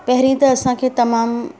पहिरीं त असांखे तमामु